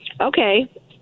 Okay